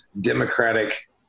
Democratic